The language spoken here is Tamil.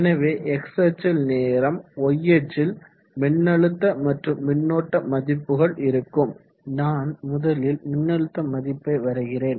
எனவே x அச்சில் நேரம் y அச்சில் மின்னழுத்த மற்றும் மின்னோட்ட மதிப்புகள் இருக்கும் நான் முதலில் மின்னழுத்தத்த மதிப்பை வரைகிறேன்